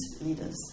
leaders